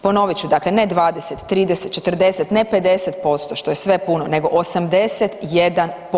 Ponovit ću, dakle ne 20, 30, 40, ne 50%, što je sve puno, nego 81%